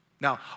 Now